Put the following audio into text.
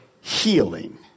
healing